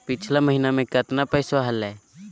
पिछला महीना मे कतना पैसवा हलय?